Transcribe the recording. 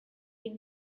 been